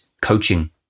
coaching